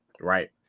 right